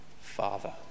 Father